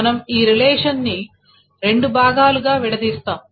మనం ఈ రిలేషన్ని రెండు భాగాలుగా విడదీస్తాము